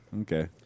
Okay